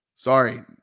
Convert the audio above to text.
Sorry